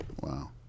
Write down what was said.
Wow